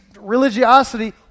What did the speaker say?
religiosity